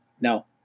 no